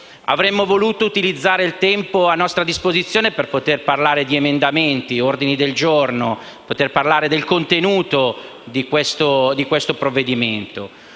Avremmo voluto utilizzare il tempo a nostra disposizione per poter parlare di emendamenti e ordini del giorno; per poter discutere del contenuto di questo provvedimento.